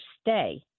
stay